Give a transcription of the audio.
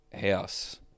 House